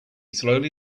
slowly